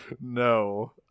No